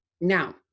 Now